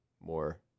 more